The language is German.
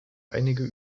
einige